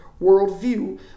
worldview